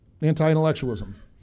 anti-intellectualism